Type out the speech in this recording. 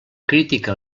crítica